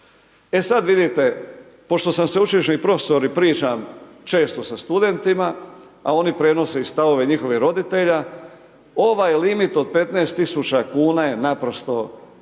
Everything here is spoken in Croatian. E sad vidite, pošto sam sveučilišni profesor i pričam često sa studentima, a oni prenose i stavove njihovih roditelja, ovaj limit od 15.000 kuna je naprosto premali,